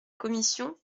commission